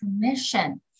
permission